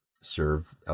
serve